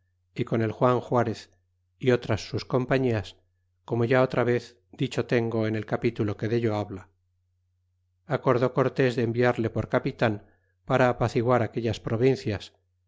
y con el juan juarez y todas sus compañias como ya otra vez dicho tengo en el capitulo que dello habla acordé cortés de enviarle por capitan para apaciguar aquellas provincias